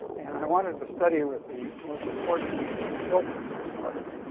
and i wanted to study with the most important people who built those facilities.